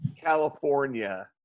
California